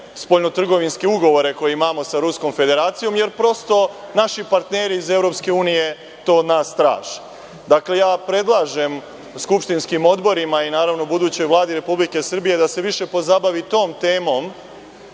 spoljnotrgovinske ugovore koje imamo sa Ruskom Federacijom, jer prosto naši partneri iz EU to od nas traže. Dakle, ja predlažem skupštinskim odborima i naravno budućoj vladi Republike Srbije da se više pozabavi tom temom